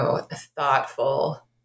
thoughtful